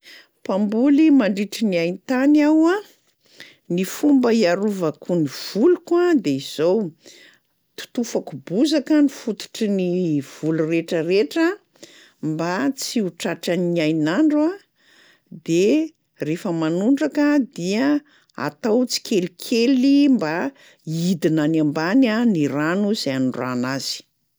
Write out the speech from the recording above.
Mpamboly mandritry ny hain-tany aho a, ny fomba hiarovako ny voliko a de izao: totofako bozaka ny fototry ny voly rehetrarehetra mba tsy ho tratran'ny hain'andro a de rehefa manondraka dia atao tsikelikely mba hiidina any ambany a ny rano zay anondrahana azy.